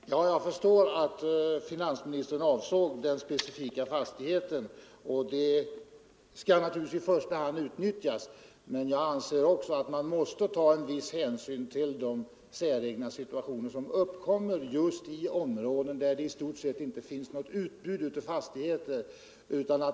Herr talman! Ja, jag förstår att finansministern avsåg den enskilda fastigheten, och den variationsmöjligheten skall naturligtvis i första hand utnyttjas. Men jag anser att man också måste ta en viss hänsyn till de säregna situationer som uppstår just i områden där det i stort sett inte förekommer något utbud av fastigheter.